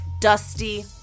Dusty